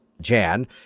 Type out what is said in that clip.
Jan